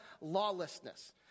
lawlessness